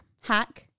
hack